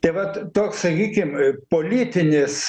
tai vat toks sakykim politinis